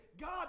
God